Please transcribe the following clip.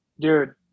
dude